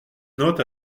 note